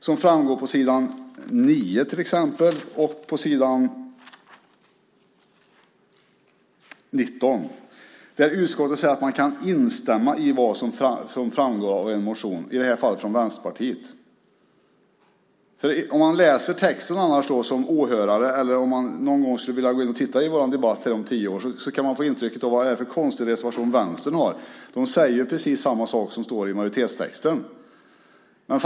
Som framgår av exempelvis s. 9 och s. 19 säger utskottet att det kan instämma i det som framförs i motionerna, i detta fall Vänsterpartiets motioner. Ifall någon om kanske tio år vill läsa vår debatt kan den personen undra vad det är för konstig reservation Vänstern har. Där sägs ju samma sak som i majoritetstexten.